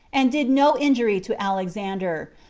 and did no injury to alexander,